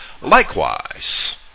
Likewise